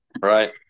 Right